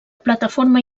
plataforma